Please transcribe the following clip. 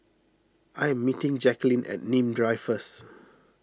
I am meeting Jacqueline at Nim Drive first